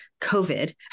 COVID